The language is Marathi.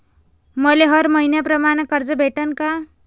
मले हर मईन्याप्रमाणं कर्ज भेटन का?